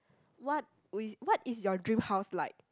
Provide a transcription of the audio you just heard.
what wi~ what is your dream house like